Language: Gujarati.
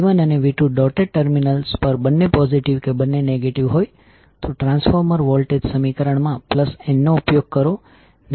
જો V1 અને V2 ડોટેડ ટર્મિનલ્સ પર બંને પોઝિટિવ કે બંને નેગેટિવ હોય તો ટ્રાન્સફોર્મર વોલ્ટેજ સમીકરણમાં n નો ઉપયોગ કરો